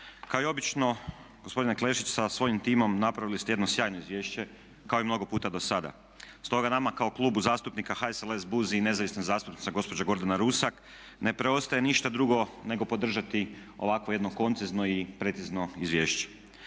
Kao i obično gospodine Klešić sa svojim timom napravili ste jedno sjajno izvješće kao i mnogo puta do sada. Stoga nama kao Klubu zastupnika HSLS, BUZ i nezavisna zastupnica gospođa Gordana Rusak ne preostaje ništa drugo nego podržati ovakvo jedno koncizno i precizno izvješće.